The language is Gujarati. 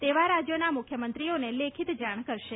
તેવા રાજ્યોના મુખ્યમંત્રીઓને લેખિત જાણ કરશે